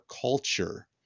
culture